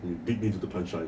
you beat me to the punchline